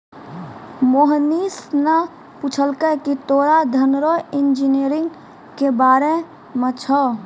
मोहनीश ने पूछलकै की तोरा धन रो इंजीनियरिंग के बारे मे छौं?